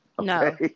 No